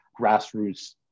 grassroots